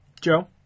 Joe